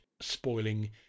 spoiling